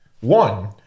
One